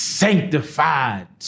sanctified